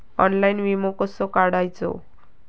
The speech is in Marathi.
ऑनलाइन विमो कसो काढायचो?